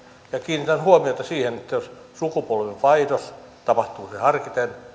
ja kiinnitän huomiota siihen että sukupolvenvaihdos tapahtuu se harkiten